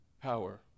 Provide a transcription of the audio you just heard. power